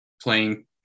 playing